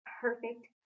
Perfect